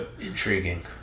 intriguing